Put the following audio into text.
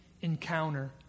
encounter